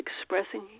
expressing